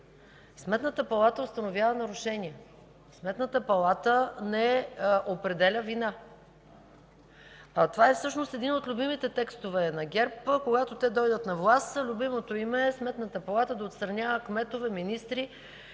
Сметната палата установява нарушение – тя не определя вина. Това е всъщност един от любимите текстове на ГЕРБ. Когато те дойдат на власт, любимото им е Сметната палата да отстранява кметове, министри